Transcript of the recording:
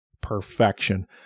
perfection